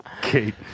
Kate